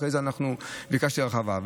ואחר כך ביקשתי הרחבה.